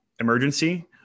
emergency